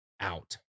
out